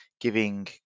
giving